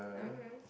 mmhmm